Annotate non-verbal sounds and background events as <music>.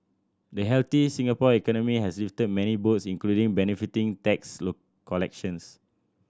the healthy Singapore economy has lifted many boats including benefiting tax <unintelligible> collections